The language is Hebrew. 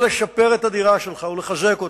או לשפר את הדירה שלך ולחזק אותה,